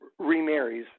remarries